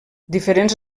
diferents